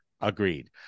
Agreed